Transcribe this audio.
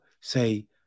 say